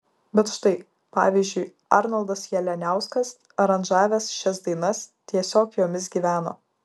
bet štai pavyzdžiui arnoldas jalianiauskas aranžavęs šias dainas tiesiog jomis gyveno